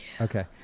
Okay